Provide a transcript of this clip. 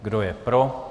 Kdo je pro?